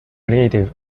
creative